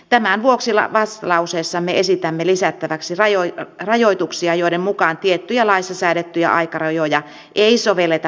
tämän vuoksi vastalauseessamme esitämme lisättäväksi rajoituksia joiden mukaan tiettyjä laissa säädettyjä aikarajoja ei sovelleta maantiekuljetusalan työhön